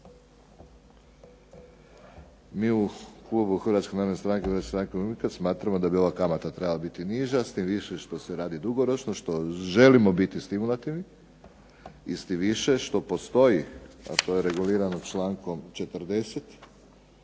Mi u klubu Hrvatske narodne stranke i Hrvatske stranke umirovljenika smatramo da bi ova kamata trebala biti niža, s tim više što se radi dugoročno, što želimo biti stimulativni i s tim više što postoji a to je regulirano člankom 40.